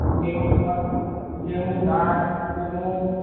गेहूँ मक गेहूँ धान फ़िर मूँग